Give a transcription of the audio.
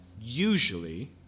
usually